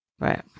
Right